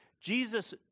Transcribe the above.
Jesus